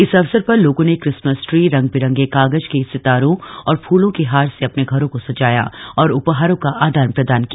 इस अवसर पर लोगों ने क्रिसमस ट्री रंग बिरंगे कागज के सितारों और फूलों के हार से अपने घरों को सजाया और उपहारों का आदान प्रदान किया